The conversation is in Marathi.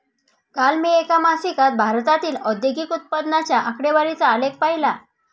काल मी एका मासिकात भारतातील औद्योगिक उत्पन्नाच्या आकडेवारीचा आलेख पाहीला